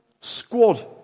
squad